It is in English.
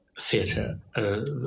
Theatre